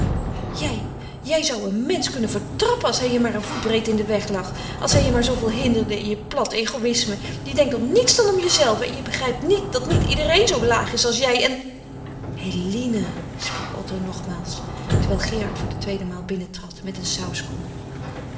jij jij zou een mensch kunnen vertrappen als hij je maar een voetbreed in den weg lag als hij je maar zooveel hinderde in je plat egoïsme je denkt om niets dan om jezelve en je begrijpt niet dat niet iedereen zoo laag is als jij en eline sprak otto nogmaals terwijl gerard voor de tweede maal binnentrad met een sauskom